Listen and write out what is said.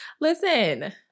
listen